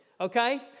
Okay